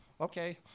okay